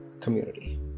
community